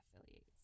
affiliates